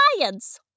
science